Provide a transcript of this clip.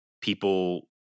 People